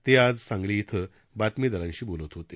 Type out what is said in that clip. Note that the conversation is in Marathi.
ते आज सांगली येथं बातमीदारांशी बोलत होते